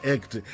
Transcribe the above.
Act